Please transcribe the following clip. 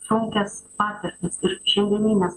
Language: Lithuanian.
sunkias patirtis ir šilumines